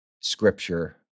Scripture